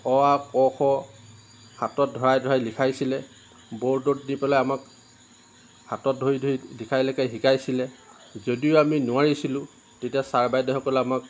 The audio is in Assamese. অ আ ক খ হাতত ধৰাই ধৰাই লিখাইছিলে বোৰ্ডত দি পেলাই আমাক হাতত ধৰি ধৰি লিখাই লিখাই শিকাইছিলে যদিও আমি নোৱাৰিছিলোঁ তেতিয়া ছাৰ বাইদেউসকলে আমাক